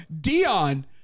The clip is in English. Dion